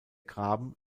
graben